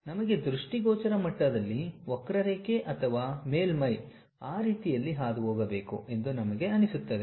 ನಮಗೆ ದೃಷ್ಟಿಗೋಚರ ಮಟ್ಟದಲ್ಲಿ ವಕ್ರರೇಖೆ ಅಥವಾ ಮೇಲ್ಮೈ ಆ ರೀತಿಯಲ್ಲಿ ಹಾದುಹೋಗಬೇಕು ಎಂದು ನಮಗೆ ಅನಿಸುತ್ತದೆ